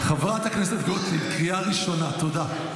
חברת הכנסת גוטליב, קריאה ראשונה, תודה.